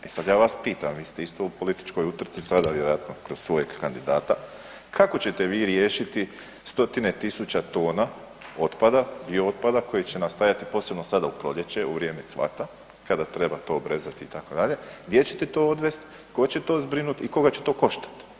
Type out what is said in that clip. E sad, ja vas pitam, vi ste isto u političkoj utrci sada vjerojatno kroz svojeg kandidata, kako ćete vi riješiti stotine tisuća tona otpada, biootpada koji će nastajati, posebno sada u proljeće u vrijeme cvata, kada treba to obrezati, itd., gdje ćete to odvesti, tko će to zbrinuti i koga će to koštati?